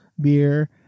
beer